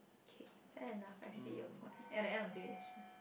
kay fair enough I see your point at the end of the day it's just